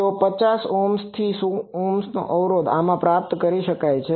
તો 50Ω ઓહ્મથી 100Ω ઓહમ અવરોધ આમાંથી પ્રાપ્ત કરી શકાય છે